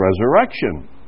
resurrection